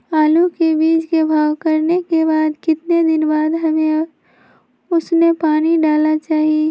आलू के बीज के भाव करने के बाद कितने दिन बाद हमें उसने पानी डाला चाहिए?